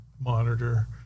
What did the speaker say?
monitor